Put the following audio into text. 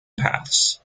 paths